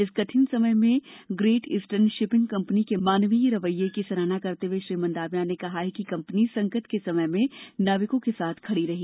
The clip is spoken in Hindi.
इस कठिन समय में ग्रेट ईस्टर्न शिपिंग कम्पनी के मानवीय रवैये की सराहना करते हुए श्री मांडविया ने कहा कि कम्पनी संकट के समय में नाविकों के साथ खड़ी रही